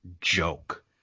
joke